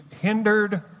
hindered